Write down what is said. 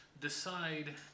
decide